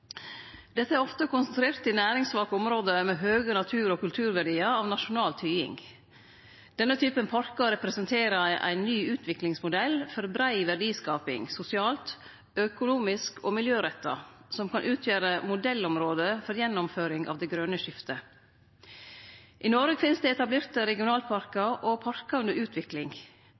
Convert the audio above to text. Desse er ofte konsentrerte i næringssvake område med høge natur- og kulturverdiar av nasjonal tyding. Denne typen parkar representerer ein ny utviklingsmodell for brei verdiskaping – sosialt, økonomisk og miljøretta – som kan utgjere modellområde for gjennomføring av det grøne skiftet. I Noreg finst det etablerte regionalparkar og parkar under utvikling.